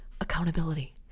Accountability